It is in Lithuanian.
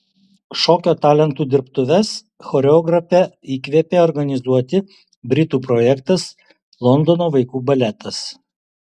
šokio talentų dirbtuves choreografę įkvėpė organizuoti britų projektas londono vaikų baletas